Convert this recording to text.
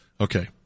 Okay